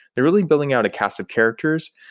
they're really building out a cast of characters,